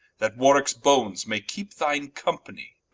that warwickes bones may keepe thine companie.